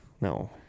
No